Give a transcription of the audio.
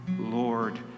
Lord